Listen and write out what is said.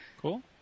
Cool